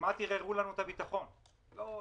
כמעט ערערו לנו את הביטחון: לא,